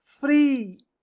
free